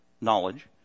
knowledge